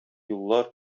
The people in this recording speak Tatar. юллар